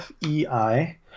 FEI